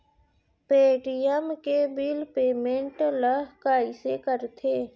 Paytm के bill payment ल कइसे करथे?